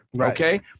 Okay